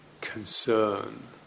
concern